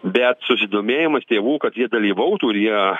bet susidomėjimas tėvų kad jie dalyvautų ir jie